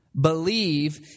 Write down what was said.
Believe